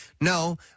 no